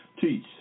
teach